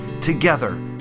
together